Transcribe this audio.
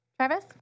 Travis